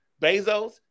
Bezos